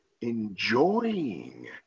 enjoying